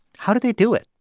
how did they do it?